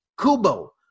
Kubo